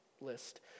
list